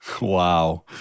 Wow